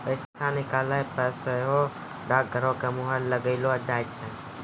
पैसा निकालला पे सेहो डाकघरो के मुहर लगैलो जाय छै